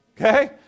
okay